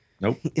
nope